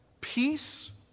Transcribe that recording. Peace